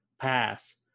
Pass